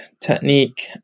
technique